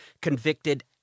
convicted